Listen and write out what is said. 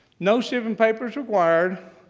no shipping papers required